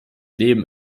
leben